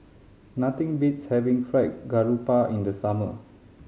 nothing beats having Fried Garoupa in the summer